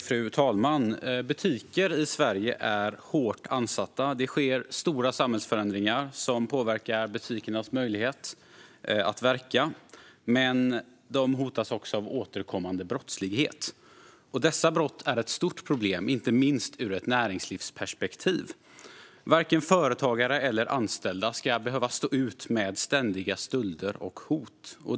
Fru talman! Butiker i Sverige är hårt ansatta. Det sker stora samhällsförändringar som påverkar butikernas möjlighet att verka. De hotas också av återkommande brottslighet. Dessa brott är ett stort problem, inte minst ur ett näringslivsperspektiv. Varken företagare eller anställda ska behöva stå ut med ständiga stölder och hot.